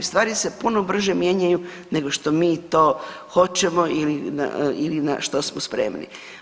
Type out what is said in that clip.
Stvari se puno brže mijenjaju nego što mi to hoćemo ili na što smo spremni.